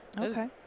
Okay